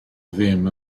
ddim